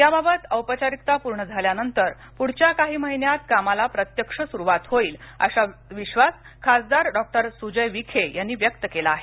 याबाबत औपचारिकता पूर्ण झाल्यानंतर पुढच्या काही महिन्यात कामाला प्रत्यक्ष सुरुवात होईल असा विश्वास खासदार डॉक्टर सुजय विखे यांनी व्यक्त केला आहे